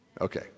Okay